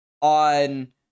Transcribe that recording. on